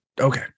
Okay